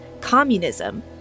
communism